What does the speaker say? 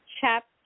Chapter